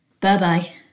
Bye-bye